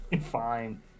Fine